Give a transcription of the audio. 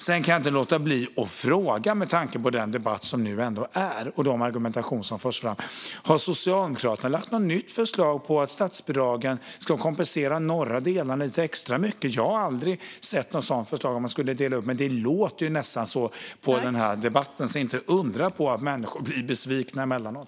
Jag kan inte låta bli att fråga med tanke på den debatt som är och den argumentation som förs fram: Har Socialdemokraterna lagt fram ett nytt förslag om att statsbidragen ska kompensera de norra delarna lite extra mycket? Jag har aldrig sett ett sådant förslag. Men det låter så på denna debatt, så inte undra på att människor blir besvikna emellanåt.